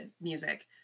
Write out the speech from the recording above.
music